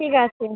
ঠিক আছে